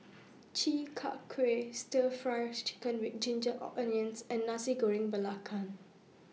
Chi Kak Kuih Stir Fry Chicken with Ginger Or Onions and Nasi Goreng Belacan